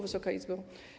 Wysoka Izbo!